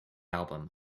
album